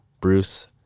Bruce